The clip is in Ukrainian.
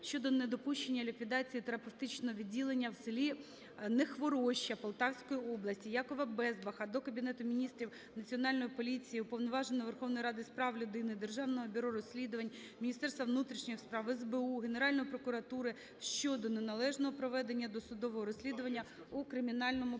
щодо недопущення ліквідації терапевтичного відділення в селі Нехвороща Полтавської області. Якова Безбаха до Кабінету Міністрів, Національної поліції, Уповноваженого Верховної Ради з прав людини, Державного бюро розслідувань, Міністерства внутрішніх справ, СБУ, Генеральної прокуратури щодо неналежного проведення досудового розслідування у кримінальному